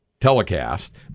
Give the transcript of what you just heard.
telecast